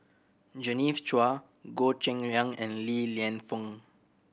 Genevieve Chua Goh Cheng Liang and Li Lienfung